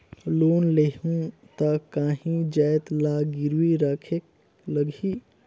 Loan लेहूं ता काहीं जाएत ला गिरवी रखेक लगही?